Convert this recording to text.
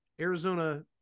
Arizona